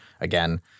again